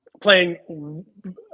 playing –